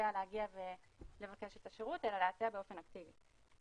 להגיע ולבקש את השירות אלא להציע באופן אקטיבי.